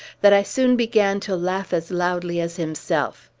that i soon began to laugh as loudly as himself.